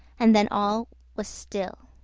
and then all was still